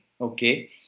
okay